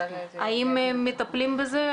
האם מטפלים בזה?